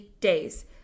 days